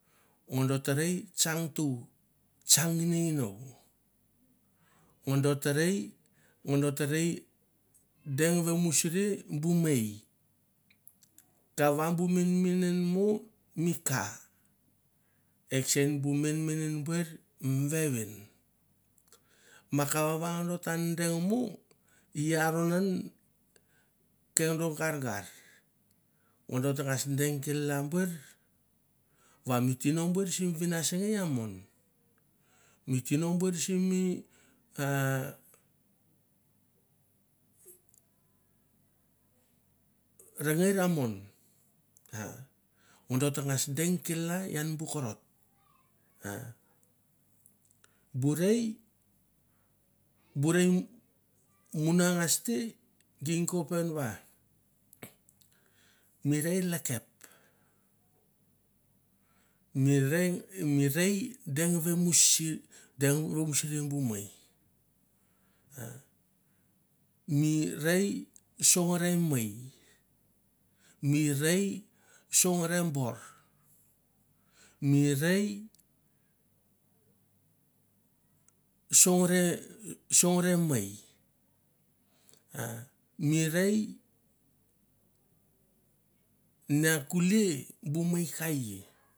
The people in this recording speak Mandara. Ngodo ta rei tsang tu, tsang nginonginou, ngodo ta rei, ngodo ta rei, deng vamsuri bu mei, kava bu menmenen mo mi ka, e kesen bu menmenem buer mi vevin. Ma kavava ngodo ta deng mo i aron an ke ngodo gargar, ngodor tangas deng kel- la buer va mi tino buer sim vinasngei a mon, mi tino buer simi a rengeir a mon, a ngodo tangas deng kel- la ian bu karot, bu rei bu rei muna ngas te ging ko pen va mi rei lekep, mi rei mi rei deng vamusi deng vamusri bu mei ha mi rei songre mei, mi rei songre bor, mi rei songre songre mei, mi rei na kulia bu mei ka i.